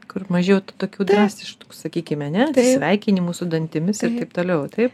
kur mažiau tų tokių drastiškų sakykime ane atsisveikinimų su dantimis ir taip toliau taip